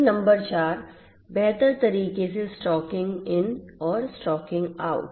फिर नंबर 4 बेहतर तरीके से स्टॉकिंग इन और स्टॉकिंग आउट